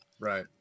Right